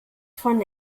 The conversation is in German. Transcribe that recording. von